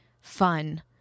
fun